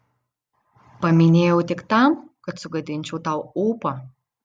paminėjau tik tam kad sugadinčiau tau ūpą